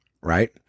Right